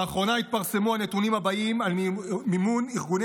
לאחרונה התפרסמו הנתונים הבאים על מימון ארגוני